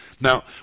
Now